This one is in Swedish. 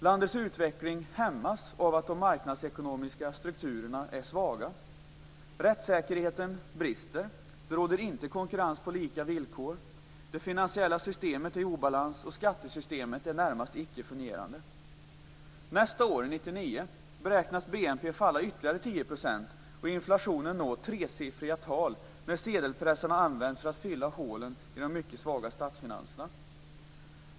Landets utveckling hämmas av att de marknadsekonomiska strukturerna är svaga. Rättssäkerheten brister. Det råder inte konkurrens på lika villkor. Det finansiella systemet är i obalans, och skattesystemet är närmast icke fungerande. Nästa år - 1999 - beräknas BNP falla ytterligare 10 % och inflationen nå tresiffriga tal när sedelpressarna används för att fylla hålen i de mycket svaga statsfinanserna.